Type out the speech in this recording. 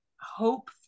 hope